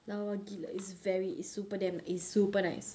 lawa gila it's very it's super damn it's super nice